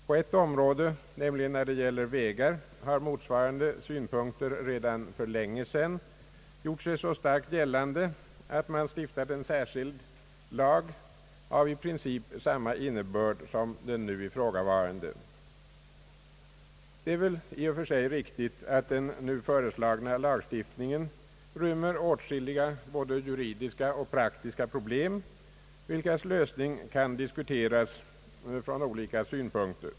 På ett område, nämligen när det gäller vägar, har motsvarande synpunkter redan för länge sedan gjort sig så starkt gällande, att man stiftat en särskild lag av i princip samma innebörd som den nu ifrågavarande, Det är väl i och för sig riktigt att den nu föreslagna lagstiftningen rymmer åtskilliga både juridiska och praktiska problem, vilkas lösning kan diskuteras från olika synpunkter.